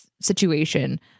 situation